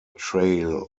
trail